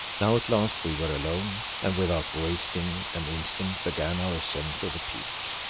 now at last we were alone, and without wasting an instant began our ascent of the peak.